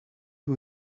who